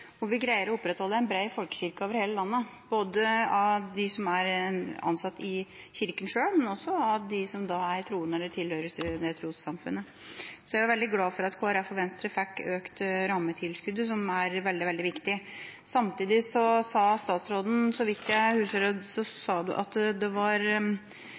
ansatt i Kirken selv, og de som er troende, eller tilhører dette trossamfunnet. Så jeg er veldig glad for at Kristelig Folkeparti og Venstre fikk økt rammetilskuddet, som er veldig, veldig viktig. Samtidig sa statsråden, så vidt jeg husker, at det var